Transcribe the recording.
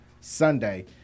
Sunday